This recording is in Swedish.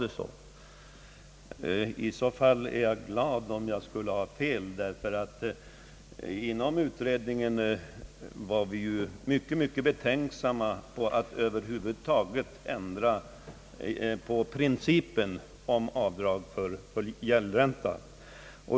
Men jag är glad om jag skulle ha fattat fel, ty vi hyste ju inom utredningen stora betänkligheter mot att över huvud taget ändra på principen om avdrag för gäldränta.